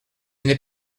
n’est